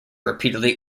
repeatedly